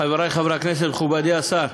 חברי חברי הכנסת, מכובדי השר,